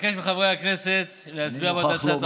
אבקש מחברי הכנסת להצביע בעד הצעת החוק,